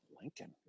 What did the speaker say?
Lincoln